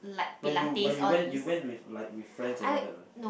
but you but you went you went with like with friends and all that right